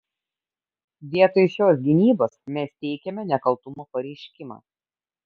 vietoj šios gynybos mes teikiame nekaltumo pareiškimą